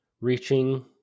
reaching